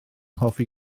hoffi